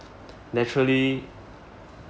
naturally